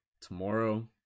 tomorrow